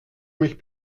mich